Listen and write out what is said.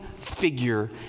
figure